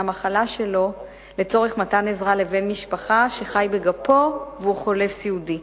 המחלה שלו לצורך מתן עזרה לבן משפחה שחי בגפו והוא חולה סיעודי.